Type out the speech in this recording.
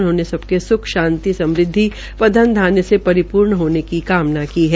उन्होंने सबके सुख शांति समृद्धि व धन धान्य से परिपूर्ण होने की कामना भी की है